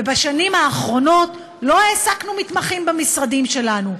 ובשנים האחרונות לא העסקנו מתמחים במשרדים שלנו,